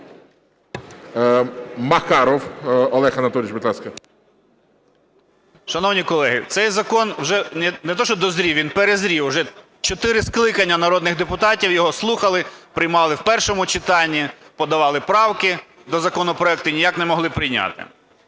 Макаров Олег Анатолійович, будь ласка. 13:49:43 МАКАРОВ О.А. Шановні колеги, цей закон вже не те що дозрів - він перезрів. Вже чотири скликання народних депутатів його слухали, приймали в першому читанні, подавали правки до законопроекту - і ніяк не могли прийняти.